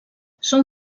són